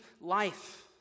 life